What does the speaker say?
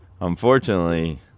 Unfortunately